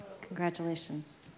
Congratulations